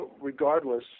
regardless